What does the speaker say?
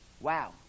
Wow